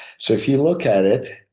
so if you look at it,